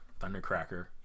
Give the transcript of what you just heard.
Thundercracker